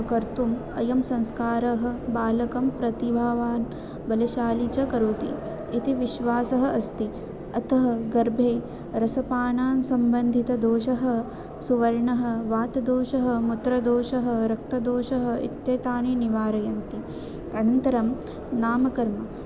कर्तुम् अयं संस्कारः बालकं प्रतिभावान् बलशाली च करोति इति विश्वासः अस्ति अतः गर्भे रसपानान् सम्बन्धितदोषः सुवर्णः वातदोषः मुत्रदोषः रक्तदोषः इत्येतानि निवारयन्ति अनन्तरं नामकर्म